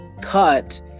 cut